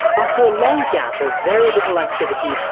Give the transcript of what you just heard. after a long gap of very little activity,